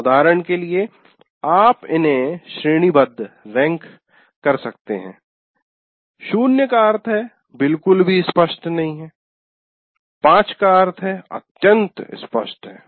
उदाहरण के लिए आप इन्हें श्रेणीबद्ध रैंक कर सकते हैं 0 का अर्थ है बिल्कुल भी स्पष्ट नहीं है 5 का अर्थ है अत्यंत स्पष्ट है